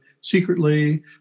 secretly